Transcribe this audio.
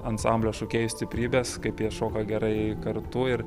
ansamblio šokėjų stiprybes kaip jie šoka gerai kartu ir